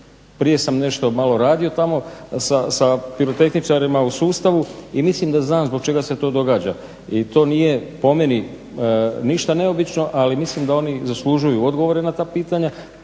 prije sam nešto malo radio tamo sa pirotehničarima u sustavu i mislim da znam zbog čega se to događa. I to nije po meni ništa neobično ali mislim da oni zaslužuju odgovore na ta pitanja,